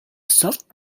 soft